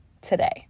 today